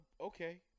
okay